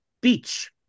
Beach